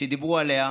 שדיברו עליה.